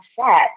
set